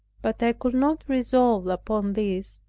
but i could not resolve upon this,